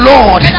Lord